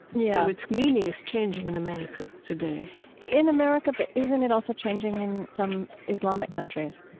and yeah its meaning is changing in america today in america, but isn't it also changing in some islamic countries,